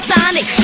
Sonic